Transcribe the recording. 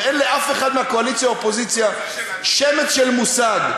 שאין לאף אחד מהקואליציה-אופוזיציה שמץ של מושג,